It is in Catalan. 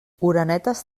orenetes